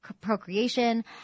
procreation